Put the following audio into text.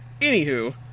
Anywho